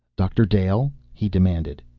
doctor dale? he demanded.